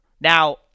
Now